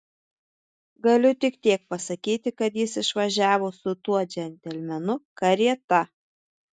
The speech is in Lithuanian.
galiu tik tiek pasakyti kad jis išvažiavo su tuo džentelmenu karieta